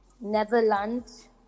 Netherlands